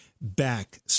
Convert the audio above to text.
back